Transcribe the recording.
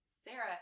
Sarah